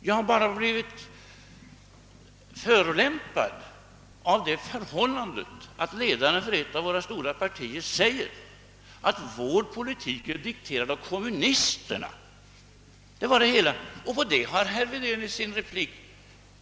Jag har bara blivit förolämpad av det förhållandet, att ledaren för ett av våra stora partier säger att vår politik är dikterad av kommunisterna. Det var det hela. Om detta har herr Wedén